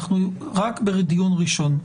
אנחנו רק בדיון הראשון,